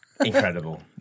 Incredible